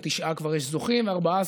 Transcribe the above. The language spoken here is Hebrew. כפי שנקבע,